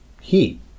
heat